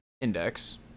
index